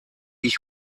ich